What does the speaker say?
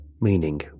meaning